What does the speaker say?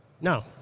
No